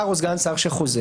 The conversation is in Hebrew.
ב-12:00 נעשה את ההצבעה בעז"ה.